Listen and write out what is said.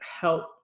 help